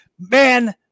man